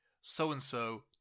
so-and-so